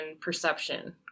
perception